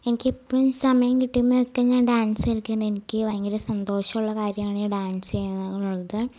എനിക്കെപ്പഴും സമയം കിട്ടുമ്പോഴൊക്കെ ഞാൻ ഡാൻസ് കളിക്കുമ്പം എനിക്ക് ഭയങ്കര സന്തോഷമുള്ള കാര്യമാണ് ഡാൻസ് ചെയ്യുക എന്നുള്ളത്